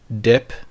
dip